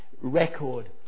record